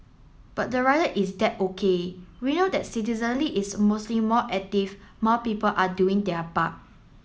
but the rider is that O K we know that citizenry is mostly more active more people are doing their part